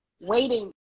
waiting